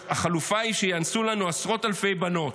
החלופה היא שיאנסו לנו עשרות אלפי בנות.